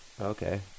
Okay